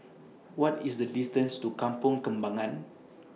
What IS The distance to Kampong Kembangan